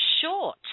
short